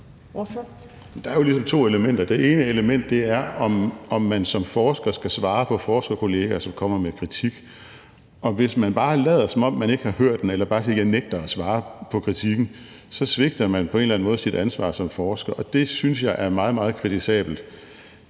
Der er jo ligesom to elementer i det. Det ene element er, om man som forsker skal svare forskerkollegaer, som kommer med kritik. Hvis man bare lader, som om man ikke har hørt den, eller bare siger, at man nægter at svare på kritikken, svigter man på en eller anden måde sit ansvar som forsker. Det synes jeg er meget, meget kritisabelt.